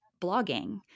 blogging